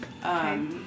Okay